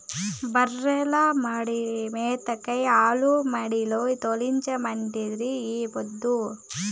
బర్రెల మేతకై ఆల మడిలో తోలించమంటిరి ఈ పొద్దు